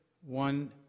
one